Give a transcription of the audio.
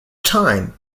time